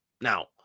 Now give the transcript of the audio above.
Now